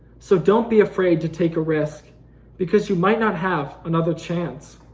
so don't be afraid to take a risk because you might not have another chance.